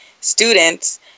students